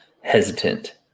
hesitant